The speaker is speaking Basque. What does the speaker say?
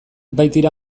baitira